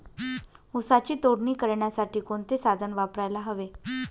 ऊसाची तोडणी करण्यासाठी कोणते साधन वापरायला हवे?